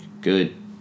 good